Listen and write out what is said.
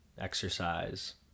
exercise